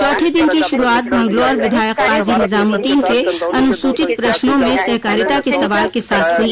चौथे दिन की शुरूआत मंगलौर विधायक काजी निजामुद्दीन के अनुसूचित प्रश्नों में सहकारिता के सवाल के साथ हुई